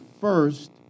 first